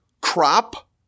crop